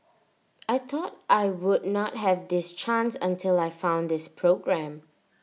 I thought I would not have this chance until I found this programme